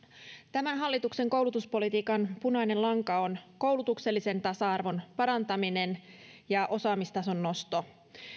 tämän hallituksen koulutuspolitiikan punainen lanka on koulutuksellisen tasa arvon parantaminen ja osaamistason nosto